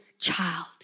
child